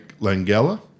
Langella